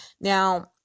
Now